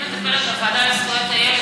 אני מטפלת בנושא הילדים בוועדה לזכויות הילד,